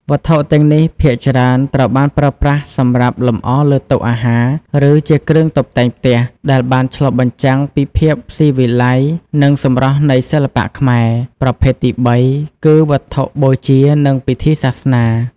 វត្ថុទាំងនេះភាគច្រើនត្រូវបានប្រើប្រាស់សម្រាប់លម្អលើតុអាហារ ឬជាគ្រឿងតុបតែងផ្ទះ ដែលបានឆ្លុះបញ្ចាំងពីភាពស៊ីវិល័យនិងសម្រស់នៃសិល្បៈខ្មែរ។ ប្រភេទទីបីគឺ វត្ថុបូជា និងពិធីសាសនា។